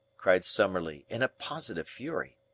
cried summerlee in a positive fury.